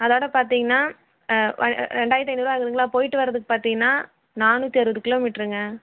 அதோடு பார்த்திங்கன்னா ரெண்டாயிரத்தி ஐநூறுவாபா ஆகுதுங்களா போய்ட்டு வர்றதுக்கு பார்த்திங்கன்னா நானூற்றி அறுபது கிலோமீட்டருங்க